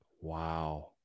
Wow